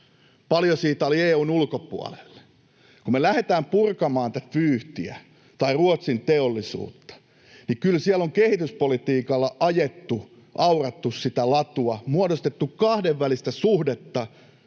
Paljonko siitä oli EU:n ulkopuolelle? Kun me lähdetään purkamaan tätä vyyhtiä tai Ruotsin teollisuutta, niin kyllä siellä on kehityspolitiikalla ajettu, aurattu sitä latua, muodostettu kahdenvälistä suhdetta